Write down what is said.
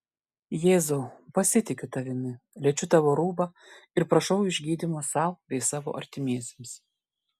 jėzau pasitikiu tavimi liečiu tavo rūbą ir prašau išgydymo sau bei savo artimiesiems